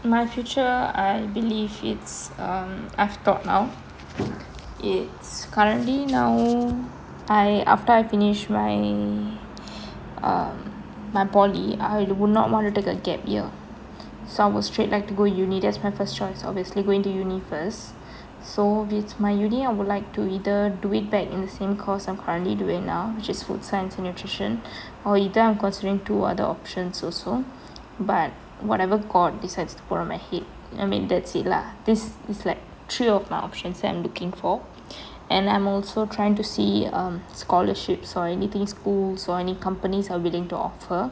my future I believe it's um I've thought out it's currently now I after I finish my um my poly I would not want to take a gap year so I'll straight like to go uni that's my first choice obviously going to uni first so with my uni I would like to either do it back in the same course I'm currently doing now which is food science and nutrition or either considering two other options also but whatever god decides to put on my head I mean that's it lah this is like three of my options that I'm looking for and I'm also trying to see um scholarships or anything schools or any companies are willing to offer